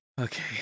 Okay